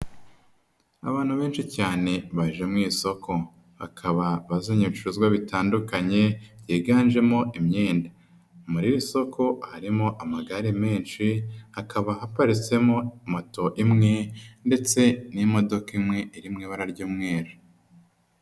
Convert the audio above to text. Abantu benshi cyane baje mu isoko, bakaba bazanye ibicuruzwa bitandukanye byiganjemo imyenda, muri iri soko harimo amagare menshi hakaba haparitsemo moto imwe ndetse n'imodoka imwe iri mu ibara ry'umweru.